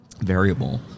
variable